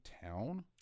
town